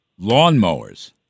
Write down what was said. lawnmowers